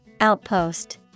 outpost